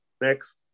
Next